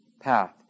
path